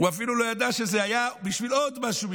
הוא אפילו לא ידע שזה היה בשביל עוד משהו,